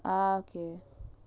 ah okay